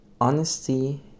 honesty